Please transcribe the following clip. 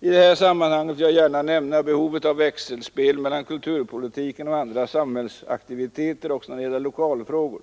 I detta sammanhang vill jag gärna nämna behovet av växelspel mellan kulturpolitiken och andra samhällsaktiviteter då det gäller lokalfrågor.